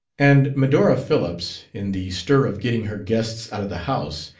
and medora phillips, in the stir of getting her guests out of the house,